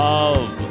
Love